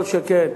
כל שכן,